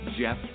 Jeff